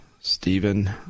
Stephen